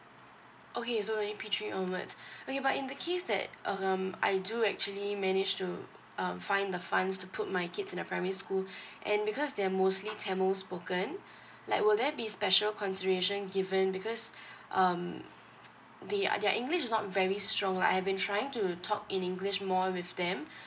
okay so when it P three onwards okay but in the case that um I do actually manage to um find the funds to put my kids in the primary school and because they're mostly tamil spoken like will there be special consideration given because um the uh their english is not very strong lah I've been trying to talk in english more with them